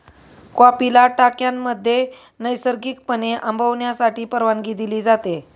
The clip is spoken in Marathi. कॉफीला टाक्यांमध्ये नैसर्गिकपणे आंबवण्यासाठी परवानगी दिली जाते